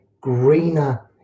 greener